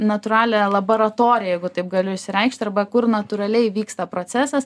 natūralią labaratoriją jeigu taip galiu išsireikšt arba kur natūraliai vyksta procesas